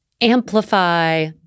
amplify